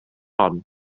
hon